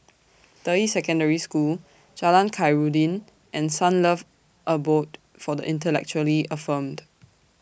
Deyi Secondary School Jalan Khairuddin and Sunlove Abode For The Intellectually Infirmed